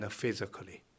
physically